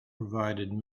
provided